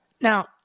now